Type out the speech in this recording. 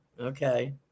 Okay